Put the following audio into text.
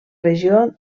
regió